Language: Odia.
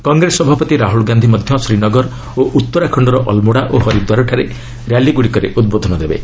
କଂଗ୍ରେସ ସଭାପତି ରାହୁଲ ଗାନ୍ଧୀ ମଧ୍ୟ ଶ୍ରୀନଗର ଓ ଉତ୍ତରାଖଣ୍ଡର ଅଲମୋଡ଼ା ଓ ହରିଦ୍ୱାରଠାରେ ରାଲିଗୁଡ଼ିକରେ ଉଦ୍ବୋଧନ ଦେବେ